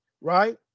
right